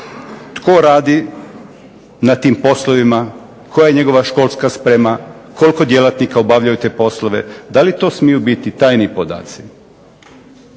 Tko radi na tim poslovima, koja je njegova školska sprema, koliko djelatnika obavljaju te poslove, da li to smiju biti tajni podaci.